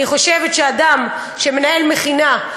אני חושבת שאדם שמנהל מכינה,